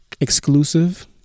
exclusive